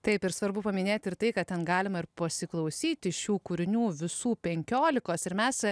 taip ir svarbu paminėti ir tai kad ten galima ir pasiklausyti šių kūrinių visų penkiolikos ir mes